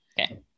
Okay